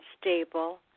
stable